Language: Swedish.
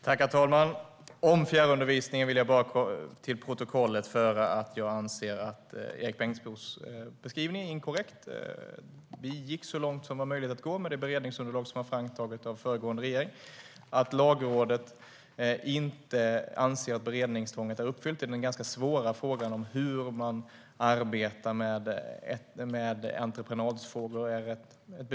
Herr talman! Om fjärrundervisningen vill jag bara till protokollet föra att jag anser att Erik Bengtzboes beskrivning är inkorrekt. Vi gick så långt som det var möjligt att gå med det beredningsunderlag som var framtaget av den föregående regeringen. Lagrådet ansåg att beredningstvånget inte var uppfyllt i den ganska svåra frågan om hur man arbetar med entreprenadfrågor.